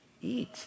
eat